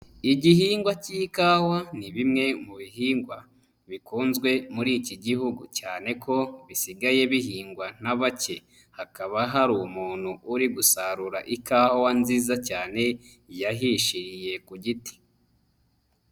Igihingwa k'ikawa ni bimwe mu bihingwa bikunzwe muri iki gihugu cyane ko bisigaye bihingwa na bake, hakaba hari umuntu uri gusarura ikawa nziza cyane yahishiriye ku giti.